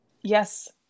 Yes